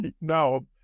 No